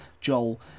joel